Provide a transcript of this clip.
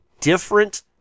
Different